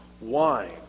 wine